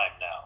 now